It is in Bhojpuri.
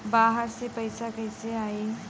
बाहर से पैसा कैसे आई?